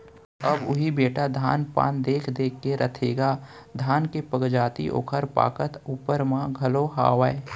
अब उही बेटा धान पान देख देख के रथेगा धान के पगजाति ओकर पाकत ऊपर म घलौ हावय